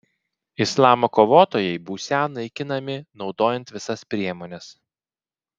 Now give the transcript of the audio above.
islamo kovotojai būsią naikinami naudojant visas priemones